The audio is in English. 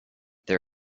there